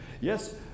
yes